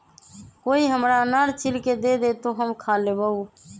कोई हमरा अनार छील के दे दे, तो हम खा लेबऊ